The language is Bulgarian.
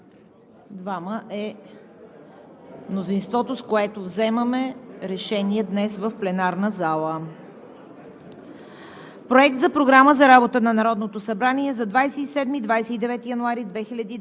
62 е мнозинството, с което вземаме решение в пленарната залата. Проект за програма за работата на Народното събрание за 27 – 29 януари 2021